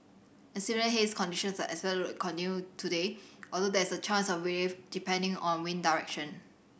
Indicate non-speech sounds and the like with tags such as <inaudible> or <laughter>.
and similar haze conditions are expected to <unintelligible> today although there is a chance of relief depending on wind direction